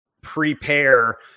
prepare